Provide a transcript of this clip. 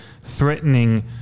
threatening